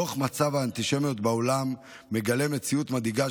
דוח מצב האנטישמיות בעולם מגלה מציאות מדאיגה